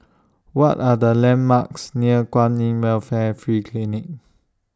What Are The landmarks near Kwan in Welfare Free Clinic